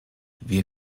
wir